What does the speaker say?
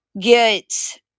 get